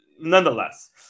nonetheless